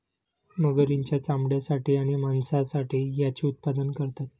मगरींच्या चामड्यासाठी आणि मांसासाठी याचे उत्पादन करतात